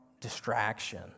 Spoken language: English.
distraction